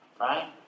right